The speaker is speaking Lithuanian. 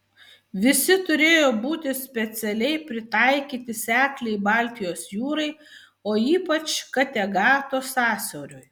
visi turėjo būti specialiai pritaikyti sekliai baltijos jūrai o ypač kategato sąsiauriui